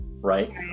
right